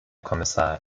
kommissar